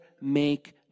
make